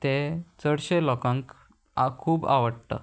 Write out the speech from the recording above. ते चडशे लोकांक आ खूब आवडटा